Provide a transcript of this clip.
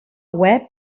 web